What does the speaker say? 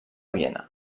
viena